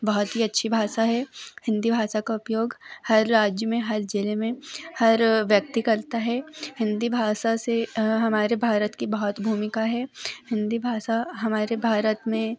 बहुत ही अच्छी भाषा है हिन्दी भाषा का उपयोग हर राज्य में हर जिले में हर व्यक्ति करता है हिन्दी भाषा से हमारे भारत की बहुत भूमिका है हिन्दी भाषा हमारे भारत में